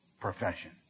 profession